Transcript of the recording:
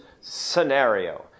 scenario